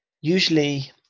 usually